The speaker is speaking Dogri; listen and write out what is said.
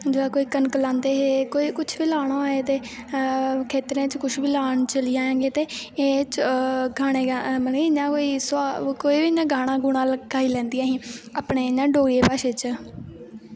जिसलै कोई कनक लांदे हे कोई कुछ बी लाना होए ते खेत्तरें च कुछ बी लान चली जान ते एह् गाने मतलब की सोहाग कोई बी इ'यां गाना गूना गाई लैंदियां हां अपने इ'यां डोगरी भाशा च